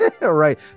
Right